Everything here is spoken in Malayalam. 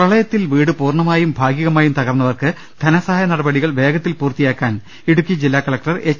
പ്രളയത്തിൽ വീടു പൂർണമായും ഭാഗികമായും തകർന്നവർക്ക് ധനസഹായ നടപടികൾ വേഗത്തിൽ പൂർത്തിയാക്കാൻ ഇടുക്കി ജില്ലാ കളക്ടർ എച്ച്